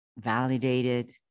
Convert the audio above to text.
validated